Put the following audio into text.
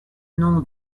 nom